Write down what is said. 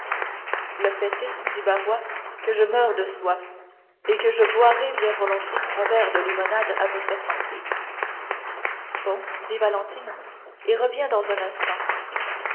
le fait est dit barrois que je meurs de soif et que je boirai bien volontiers un verre de limonade à votre santé bois donc dit valentine et reviens dans un instant